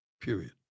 Period